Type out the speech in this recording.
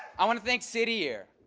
i want to thank city year.